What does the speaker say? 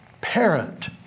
parent